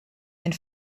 and